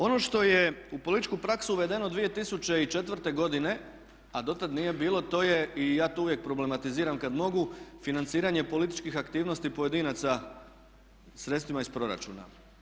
Ono što je u političku praksu uvedeno 2004. godine, a dotad nije bilo, to je i ja to uvijek problematiziram kad mogu, financiranje političkih aktivnosti pojedinaca sredstvima iz proračuna.